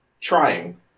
Trying